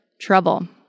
trouble